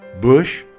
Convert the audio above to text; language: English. Bush